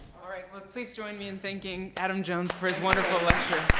all right, well please join me in thanking adam jones for his wonderful lecture.